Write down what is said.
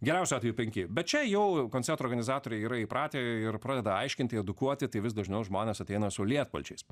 geriausiu atveju penki bet čia jau koncerto organizatoriai yra įpratę ir pradeda aiškinti edukuoti tai vis dažniau žmonės ateina su lietpalčiais